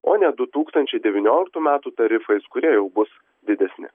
o ne du tūkstančiai devynioliktų metų tarifais kurie jau bus didesni